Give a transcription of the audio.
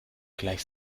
gleich